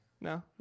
No